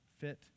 fit